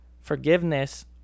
Forgiveness